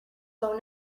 phone